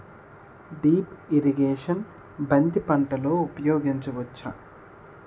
Drip irrigation బంతి పంటలో ఊపయోగించచ్చ?